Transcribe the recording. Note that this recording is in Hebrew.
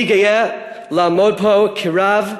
אני גאה לעמוד פה כרב,